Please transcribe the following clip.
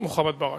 מוחמד ברכה.